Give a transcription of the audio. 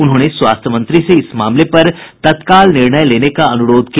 उन्होंने स्वास्थ्य मंत्री से इस मामले पर तत्काल निर्णय लेने का अनुरोध किया